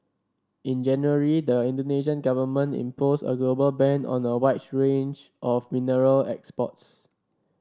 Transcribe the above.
in January the Indonesian Government imposed a global ban on a wide range of mineral exports